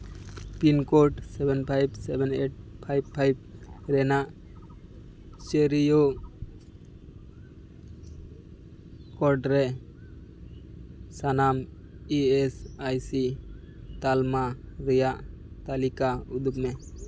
pin code seven five seven eight five five ᱨᱮᱱᱟᱜ ᱪᱟᱹᱨᱭᱟᱹ code ᱨᱮ ᱥᱟᱱᱟᱢ ᱤ ᱮᱥ ᱟᱭ ᱥᱤ ᱛᱟᱞᱢᱟ ᱨᱮᱭᱟᱜ ᱛᱟᱹᱞᱤᱠᱟ ᱩᱫᱩᱜᱽ ᱢᱮ